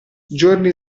giorni